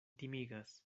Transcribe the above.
timigas